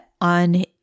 On